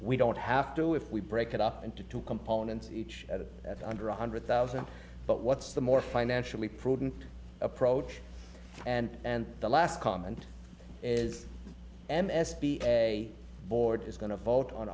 we don't have to if we break it up into two components each at under one hundred thousand but what's the more financially prudent approach and and the last comment is m s p a board is going to vote on